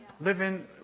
living